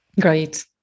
great